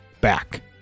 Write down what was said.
back